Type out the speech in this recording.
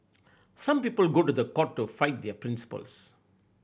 some people go to court to fight their principles